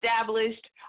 established